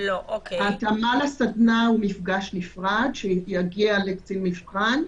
ההתאמה לסדנה זה מפגש נפרד שיגיע לקצין מבחן,